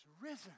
risen